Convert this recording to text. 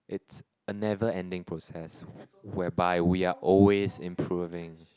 it's a never ending process where by we are always improving